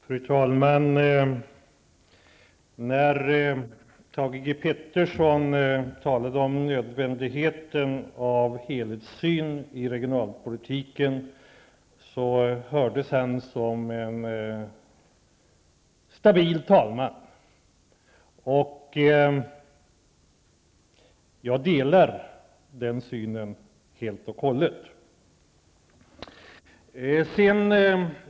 Fru talman! Thage G Peterson talade om nödvändigheten av en helhetssyn i regionalpolitiken, och han lät då som en stabil talman. Jag delar helt och hållet hans uppfattning i denna fråga.